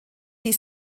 die